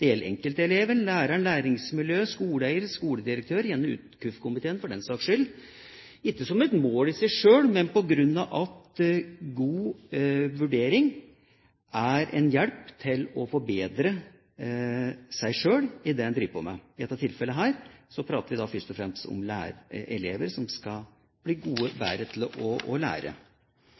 Det gjelder vurdering av enkelteleven, læreren, læringsmiljøet, skoleeieren, skoledirektøren og gjerne også KUF-komiteen, for den saks skyld – ikke som et mål i seg sjøl, men på grunn av at god vurdering er en hjelp til å forbedre seg sjøl i det en driver på med. I dette tilfellet prater vi først og fremst om elever som skal bli bedre til å lære. Det er faglig vanskelig å